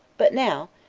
but now,